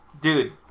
dude